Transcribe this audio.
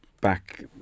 back